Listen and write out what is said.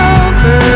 over